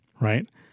right